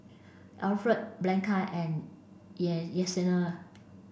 Alfred Bianca and Yessenia